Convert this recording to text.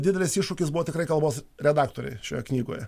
didelis iššūkis buvo tikrai kalbos redaktoriai šioje knygoje